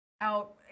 out